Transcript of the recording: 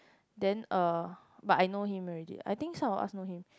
then uh but I know him already I think some of us know him